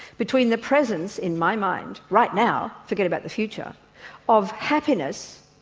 between the presence in my mind right now forget about the future of happiness,